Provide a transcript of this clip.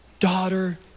daughter